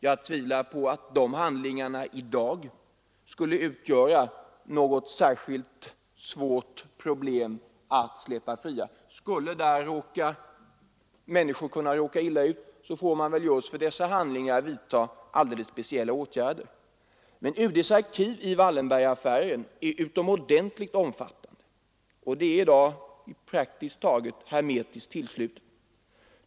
Jag tvivlar på att det skulle utgöra något särskilt svårt problem att släppa de handlingarna fria i dag. Skulle människor kunna råka illa ut får man väl just när det gäller handlingarna som rör dem vidtaga speciella åtgärder. Men UD:s arkiv i Wallenbergaffären är utomordentligt omfattande, och det är i dag praktiskt taget hermetiskt tillslutet.